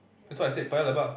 that's what I said Paya-Lebar